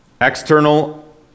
external